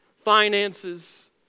finances